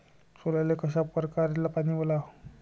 सोल्याले कशा परकारे पानी वलाव?